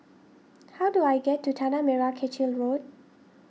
how do I get to Tanah Merah Kechil Road